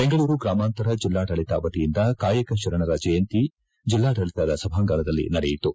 ಬೆಂಗಳೂರು ಗ್ರಾಮಾಂತರ ಜಿಲ್ಲಾಡಳಿತ ವಕಿಯಿಂದ ಕಾಯಕ ಶರಣರ ಜಯಂತಿ ಜಿಲ್ಲಾಡಳಿತದ ಸಭಾಂಗಣದಲ್ಲಿ ನಡೆಯಿತು